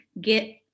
get